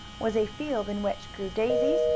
was a field in which grew daisies,